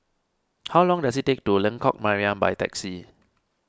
how long does it take to Lengkok Mariam by taxi